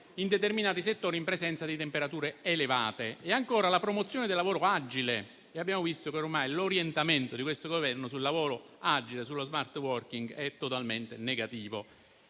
in determinati settori in presenza di temperature elevate e ancora la promozione del lavoro agile e abbiamo visto che ormai l'orientamento di questo Governo sul lavoro agile - lo *smart working* - è totalmente negativo.